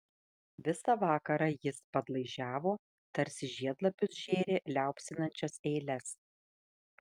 visą vakarą jis padlaižiavo tarsi žiedlapius žėrė liaupsinančias eiles